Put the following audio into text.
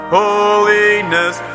holiness